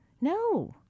no